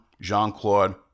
Jean-Claude